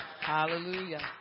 Hallelujah